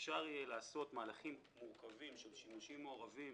אפשר יהיה לעשות מהלכים מורכבים של שימושים מעורבים